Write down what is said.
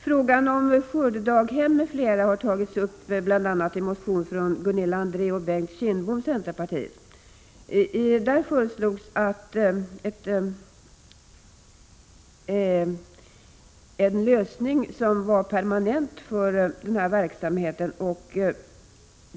Frågan om skördedaghem m.m. har tagits upp bl.a. i en motion från Gunilla André och Bengt Kindbom, centerpartiet. Motionärerna har föreslagit en permanent lösning för den barnomsorgsformen.